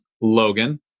Logan